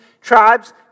tribes